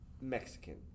Mexican